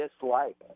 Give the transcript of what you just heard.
dislike